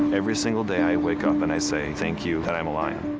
every single day, i wake up, and i say thank you that i'm a lion.